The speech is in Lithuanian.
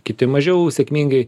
kiti mažiau sėkmingai